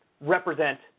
represent